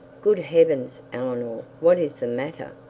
good heavens, eleanor, what is the matter?